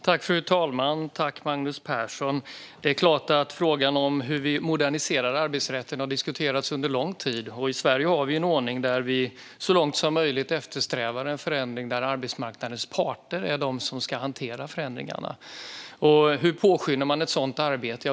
Fru talman! Tack för frågan, Magnus Persson! Frågan om hur vi moderniserar arbetsrätten har diskuterats under lång tid. I Sverige har vi en ordning där vi så långt som möjligt eftersträvar en ordning där arbetsmarknadens parter är de som ska hantera förändringarna. Hur påskyndar man då ett sådant arbete?